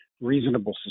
reasonable